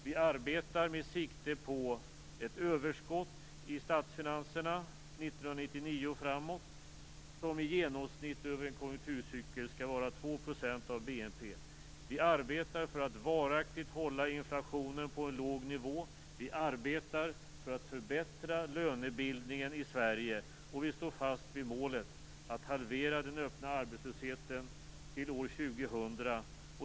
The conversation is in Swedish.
Vi arbetar med sikte på ett överskott i statsfinanserna 1999 och framåt som i genomsnitt över en konjunkturcykel skall vara 2 % av BNP. Vi arbetar för att varaktigt hålla inflationen på en låg nivå. Vi arbetar för att förbättra lönebildningen i Sverige, och vi står fast vid målet att halvera den öppna arbetslösheten till år 2000.